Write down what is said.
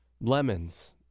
lemons